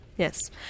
Yes